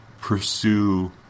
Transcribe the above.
pursue